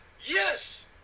Yes